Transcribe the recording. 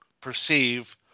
perceive